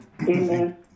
Amen